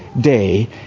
day